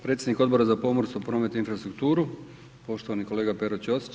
Predsjednik Odbora za pomorstvo, promet i infrastrukturu poštovani kolega Pero Ćosić.